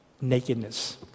nakedness